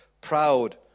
Proud